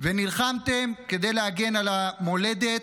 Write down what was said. ונלחמתם כדי להגן על המולדת,